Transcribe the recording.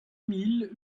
mille